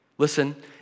Listen